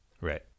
right